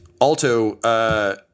Alto